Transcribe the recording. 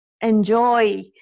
enjoy